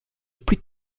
plus